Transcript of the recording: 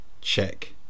Check